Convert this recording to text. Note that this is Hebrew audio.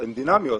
הן דינמיות.